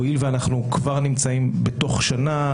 הואיל ואנחנו כבר נמצאים בתוך שנה,